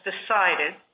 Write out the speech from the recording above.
decided